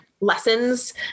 lessons